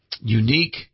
unique